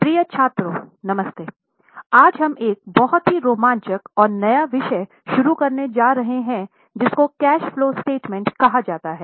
प्रिय छात्रों नमस्ते आज हम एक बहुत ही रोमांचक और नया विषय शुरू करने जा रहे हैं जिस को कैश फ्लो स्टेटमेंट कहा जाता है